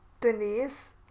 denise